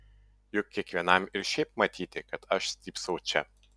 juk kiekvienam ir šiaip matyti kad aš stypsau čia